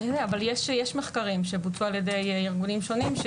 יש מחקרים שבוצעו על ידי ארגונים שונים,